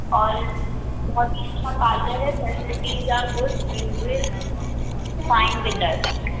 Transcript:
और बहुत ही अच्छा पार्लर है facilities are good and will fine with us